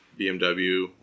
BMW